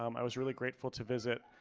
um i was really grateful to visit.